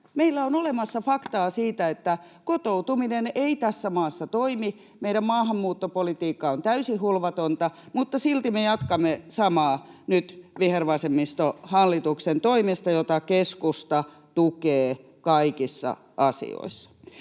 Meillä on olemassa faktaa siitä, että kotoutuminen ei tässä maassa toimi. Meidän maahanmuuttopolitiikkamme on täysin hulvatonta, mutta silti me jatkamme samaa nyt vihervasemmistohallituksen toimesta, jota keskusta tukee kaikissa asioissa.